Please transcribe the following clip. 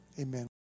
amen